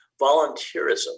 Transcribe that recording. volunteerism